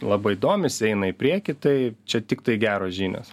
labai domisi eina į priekį tai čia tiktai geros žinios